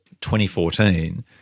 2014